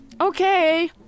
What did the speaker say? Okay